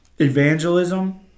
evangelism